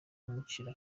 umucira